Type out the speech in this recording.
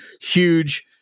huge